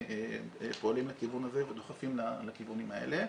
פועלים לכיוון הזה ודוחפים לכיוונים האלה.